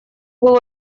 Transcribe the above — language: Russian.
был